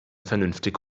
vernünftig